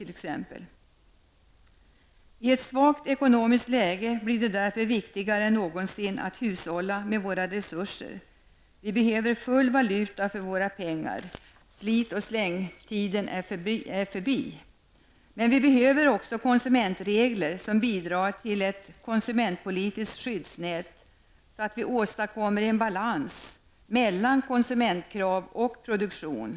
I ett svagt ekonomiskt läge blir det därför viktigare än någonsin att hushålla med våra resurser. Vi behöver full valuta för våra pengar. Slit och slängtiden är förbi. Men vi behöver också konsumentregler som bidrar till ett konsumentpolitiskt skyddsnät så att vi åstadkommer en balans mellan konsumentkrav och produktion.